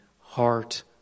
heart